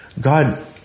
God